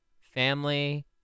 family